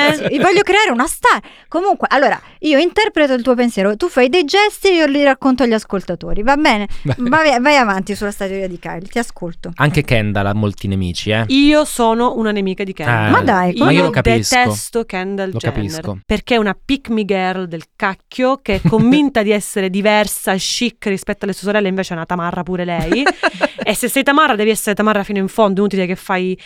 me- Voglio creare una star. Comunque, allora, io interpreto il tuo pensiero, tu fai dei gesti e io li racconto agli ascoltatori, va bene? Va bene. Va- vai avanti sulla storia di Kylie, ti ascolto. Anche Kendall ha molti nemici, eh. Io sono una nemica di Kendall. Ah, Ma dai, ma come? io lo Io no, capisco. detesto Kendall Lo Jenner, capisco. perché è una pick-me-girl del cacchio, che è convinta di essere diversa e chic rispetto alle sue sorelle, invece è una tamarra pure lei. E se sei tamarra, devi essere tamarra fino in fondo, inutile che fai